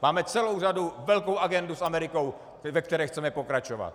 Máme celou řadu, velkou agendu s Amerikou, ve které chceme pokračovat.